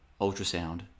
ultrasound